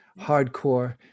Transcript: hardcore